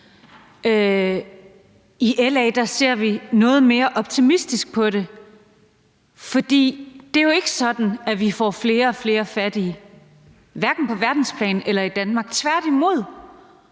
I LA ser vi noget mere optimistisk på det, for det er jo ikke sådan, at vi får flere og flere fattige hverken på verdensplan eller i Danmark. Tværtimod